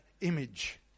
image